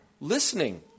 listening